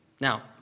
Now